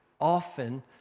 often